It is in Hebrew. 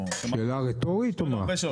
שאלה רטורית או מה?